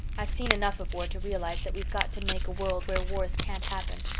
i've seen enough of war to realize that we've got to make a world where wars can't happen.